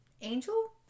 angel